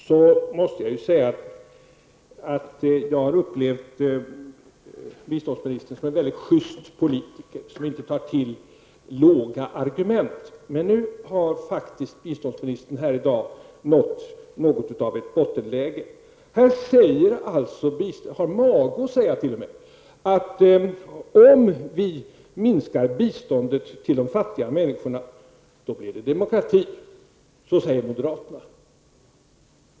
Jag måste för det femte säga att jag har upplevt biståndsministern som en väldigt just politiker som inte tar till låga argument. Men nu har biståndsministern faktiskt nått något av ett bottenläge. Biståndsministern har alltså mage att säga att vi moderater menar att det blir demokrati om vi minskar biståndet till de fattiga människorna.